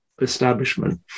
establishment